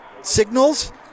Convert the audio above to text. signals